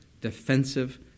defensive